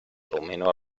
rumeno